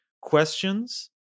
questions